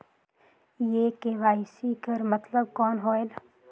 ये के.वाई.सी कर मतलब कौन होएल?